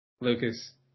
Lucas